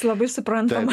labai suprantama